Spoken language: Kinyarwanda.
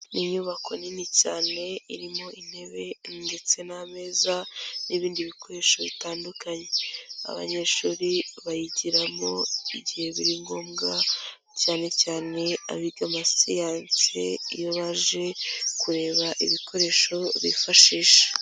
Ni inyubako nini cyane, irimo intebe, ndetse n'ameza, n'ibindi bikoresho bitandukanye. Abanyeshuri bayigiramo igihe biri ngombwa, cyane cyane abiga amasiyanse, iyo baje kureba ibikoresho bifashisha.